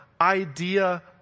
idea